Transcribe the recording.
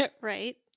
Right